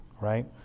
right